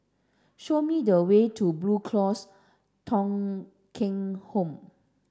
show me the way to Blue Cross Thong Kheng Home